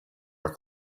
our